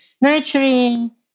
nurturing